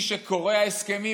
מי שקורע הסכמים,